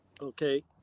okay